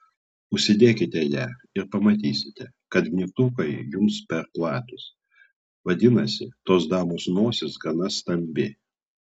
užsidėkite ją ir pamatysite kad gnybtukai jums per platūs vadinasi tos damos nosis gana stambi